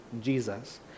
Jesus